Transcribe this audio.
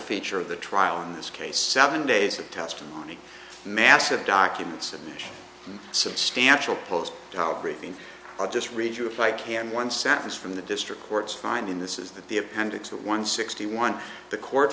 feature of the trial in this case seven days of testimony massive documents and substantial post tolerating i just read you if i can one sentence from the district court's finding this is that the appendix that one sixty one the court